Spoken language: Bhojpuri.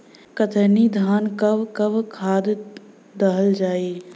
कतरनी धान में कब कब खाद दहल जाई?